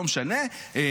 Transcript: לא משנה.